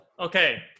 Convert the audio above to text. Okay